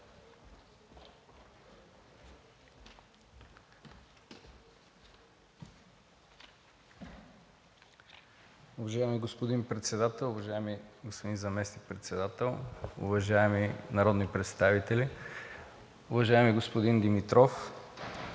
Уважаеми господин Председател, уважаеми господин Заместник-председател, уважаеми народни представители! Уважаеми господин Димитров,